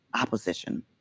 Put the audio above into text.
opposition